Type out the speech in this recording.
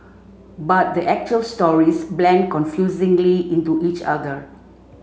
but the actual stories blend confusingly into each other